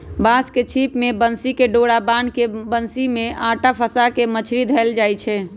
बांस के छिप में बन्सी कें डोरा बान्ह् के बन्सि में अटा फसा के मछरि धएले जाइ छै